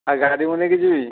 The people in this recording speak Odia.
ଆଉ ଗାଡ଼ି ମୁଁ ନେଇକି ଯିବି